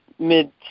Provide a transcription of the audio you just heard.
Mid